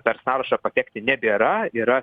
per sąrašą patekti nebėra yra